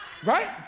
Right